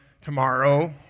tomorrow